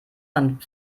man